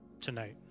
tonight